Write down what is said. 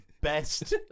Best